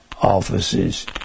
offices